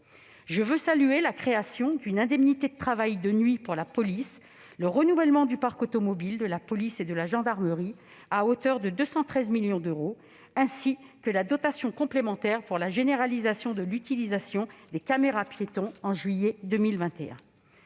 Je salue la création d'une indemnité de travail de nuit pour la police nationale, le renouvellement du parc automobile de la police et de la gendarmerie, à hauteur de 213 millions d'euros, ainsi que la dotation complémentaire pour la généralisation de l'utilisation des caméras-piétons au mois de juillet 2021.